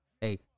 Hey